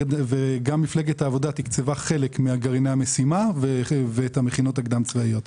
מפלגת העבודה תקצבה חלק מגרעיני המשימה ואת המכינות הקדם צבאיות.